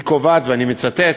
היא קובעת, ואני מצטט: